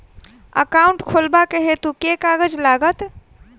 Account खोलाबक हेतु केँ कागज लागत?